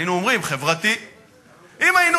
היינו אומרים: חברתי.